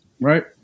right